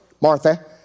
Martha